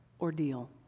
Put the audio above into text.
ordeal